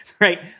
right